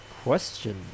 question